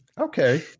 Okay